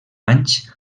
anys